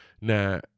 Now